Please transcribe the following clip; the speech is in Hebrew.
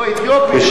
לא, אתיופים, לא